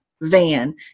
van